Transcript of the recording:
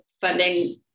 funding